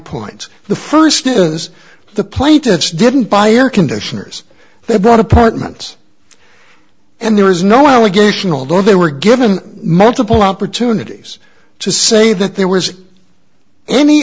points the first is the plaintiffs didn't buy air conditioners they bought apartments and there is no allegation although they were given multiple opportunities to say that there was any